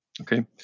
Okay